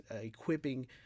equipping